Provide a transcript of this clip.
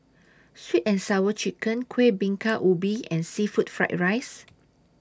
Sweet and Sour Chicken Kuih Bingka Ubi and Seafood Fried Rice